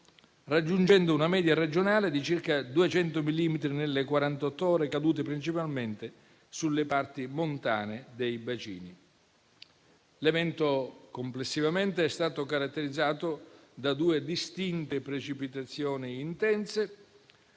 raggiungendo una media regionale di circa 200 millimetri nelle quarantotto ore, caduti principalmente sulle parti montane dei bacini. L'evento complessivamente è stato caratterizzato da due distinte precipitazioni intense,